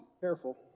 Careful